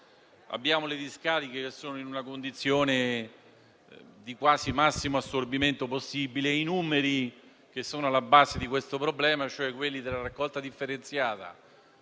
rifiuti. Le discariche sono in una condizione di quasi massimo assorbimento possibile, i numeri che sono alla base di questo problema, cioè quelli della raccolta differenziata,